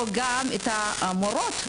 פה גם צריך לאהוב גם את המורות.